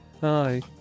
Hi